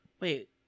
Wait